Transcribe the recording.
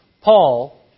Paul